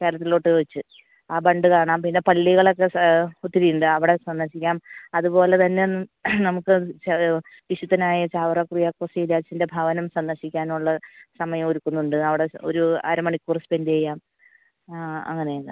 കേരളത്തിലോട്ട് വെച്ച് ആ ബണ്ട് കാണാം പിന്നെ പള്ളികളൊക്കെ സ് ഒത്തിരി ഉണ്ട് അവിടെ സന്ദർശിക്കാം അതുപോലെ തന്നെ നമുക്ക് ചില വിശുദ്ധനായ ചാവറ കുര്യാക്കോസ് ഏലിയാസിൻ്റെ ഭവനം സന്ദർശിക്കാനുള്ള സമയം ഒരുക്കുന്നുണ്ട് അവിടെ ഒരു അര മണിക്കൂർ സ്പെൻഡ് ചെയ്യാം അങ്ങനെ എല്ലാം